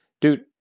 Dude